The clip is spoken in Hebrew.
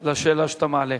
על השאלה שאתה מעלה.